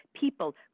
People